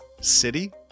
City